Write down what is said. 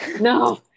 No